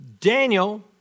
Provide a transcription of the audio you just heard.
Daniel